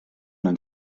man